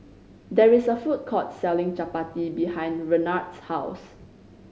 there is a food court selling Chapati behind Renard's house